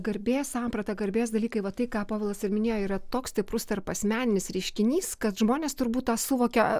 garbės samprata garbės dalykai va tai ką povilas ir minėjo yra toks stiprus tarpasmeninis reiškinys kad žmonės turbūt tą suvokia